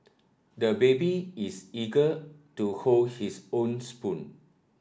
the baby is eager to hold his own spoon